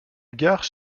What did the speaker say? gare